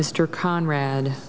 mr conrad